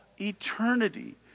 eternity